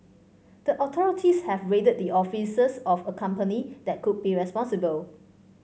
the authorities have raided the offices of a company that could be responsible